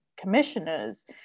commissioners